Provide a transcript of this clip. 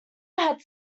had